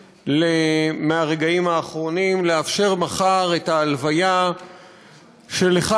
מהרגעים האחרונים לאפשר מחר את ההלוויה של אחד